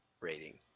rating